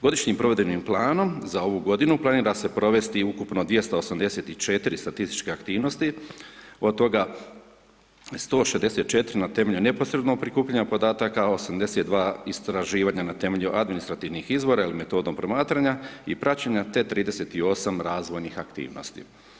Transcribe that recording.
Godišnjim provedbenim planom za ovu godinu planira se provesti ukupno 284 statističke aktivnosti, od toga 164 na temelju neposrednog prikupljanja podataka a 82 istraživanja na temelju administrativnih izvora ili metodom promatranja i praćenja te 38 razvojnih aktivnosti.